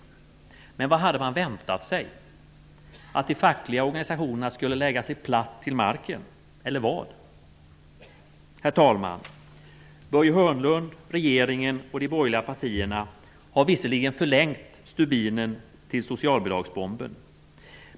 Men vad hade man väntat sig? Att de fackliga organisationerna skulle lägga sig platt på marken -- eller vad? Herr talman! Börje Hörnlund, regeringen och de borgerliga partierna har visserligen förlängt stubinen till socialbidragsbomben.